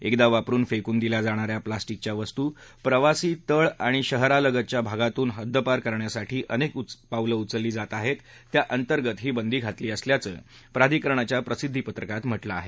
एकदा वापरुन फेकून दिल्या जाणा या प्लॅस्टिकच्या वस्तू प्रवासी तळ आणि शहरालगतच्या भागातून हद्दपार करण्यासाठी अनेक पावलं उचलली आहेत त्याअंतर्गत ही बंदी घातली असल्याचं प्राधिकरणाच्या प्रसिद्धीपत्रकात म्हटलं आहे